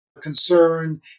concern